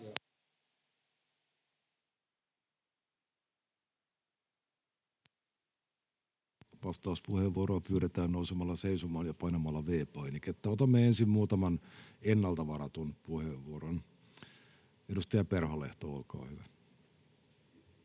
Vastauspuheenvuoroa pyydetään nousemalla seisomaan ja painamalla V-painiketta. Otamme ensin muutaman ennalta varatun puheenvuoron. — Edustaja Perholehto, olkaa hyvä.